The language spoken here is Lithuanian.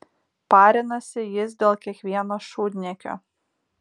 parinasi jis dėl kiekvieno šūdniekio